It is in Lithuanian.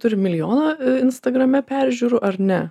turi milijoną instagrame peržiūrų ar ne